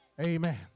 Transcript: amen